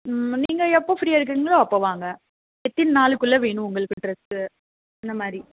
நீங்கள் எப்போ ஃப்ரீயாக இருக்குறிங்களோ அப்போ வாங்க எத்தனை நாளுக்குள்ளே வேணும் உங்களுக்கு டிரஸ்ஸு என்ன மாதிரி